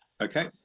Okay